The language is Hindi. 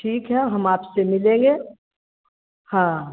ठीक है हम आपसे मिलेंगे हाँ